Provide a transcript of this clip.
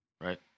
Right